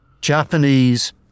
Japanese